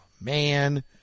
Man